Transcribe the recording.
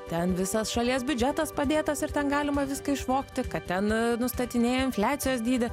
ten visas šalies biudžetas padėtas ir ten galima viską išmokti kad ten nustatinėja infliacijos dydį